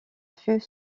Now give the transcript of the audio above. fut